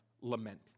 lament